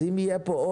אז אם יהיו פה,